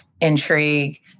intrigue